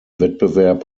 wettbewerb